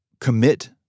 Commit